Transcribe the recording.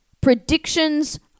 predictions